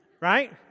right